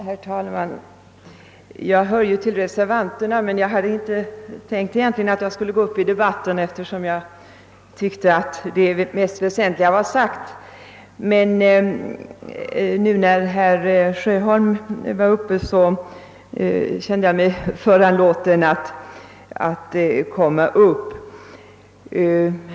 Herr talman! Jag hör till reservanterna, men jag hade egentligen inte tänkt yttra mig i debatten, eftersom jag tyckte att det väsentligaste var sagt. Efter herr Sjöholms anförande känner jag mig emellertid föranlåten att begära ordet.